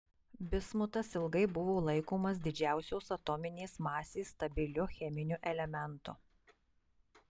bismutas ilgai buvo laikomas didžiausios atominės masės stabiliu cheminiu elementu